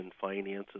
finances